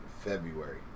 February